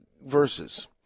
verses